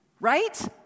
Right